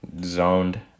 zoned